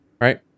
right